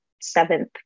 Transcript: seventh